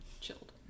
Chilled